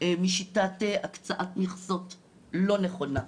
משיטת הקצאת מכסות לא נכונה.